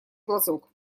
глазок